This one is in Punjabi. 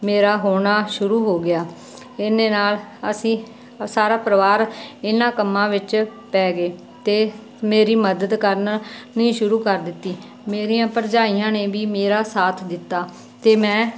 ਮੇਰਾ ਹੋਣਾ ਸ਼ੁਰੂ ਹੋ ਗਿਆ ਇੰਨੇ ਨਾਲ ਅਸੀਂ ਸਾਰਾ ਪਰਿਵਾਰ ਇਹਨਾਂ ਕੰਮਾਂ ਵਿੱਚ ਪੈ ਗਏ ਅਤੇ ਮੇਰੀ ਮਦਦ ਕਰਨ ਨੀ ਸ਼ੁਰੂ ਕਰ ਦਿੱਤੀ ਮੇਰੀਆਂ ਭਰਜਾਈਆਂ ਨੇ ਵੀ ਮੇਰਾ ਸਾਥ ਦਿੱਤਾ ਅਤੇ ਮੈਂ